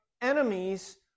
enemies